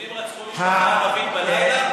יהודים גם רצחו משפחה ערבית בלילה?